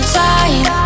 time